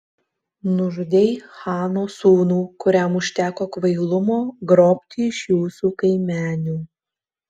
nužudei chano sūnų kuriam užteko kvailumo grobti iš jūsų kaimenių